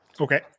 Okay